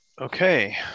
Okay